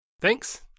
Thanks